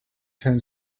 turn